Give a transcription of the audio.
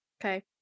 Okay